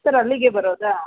sir ಅಲ್ಲಿಗೇ ಬರೋದಾ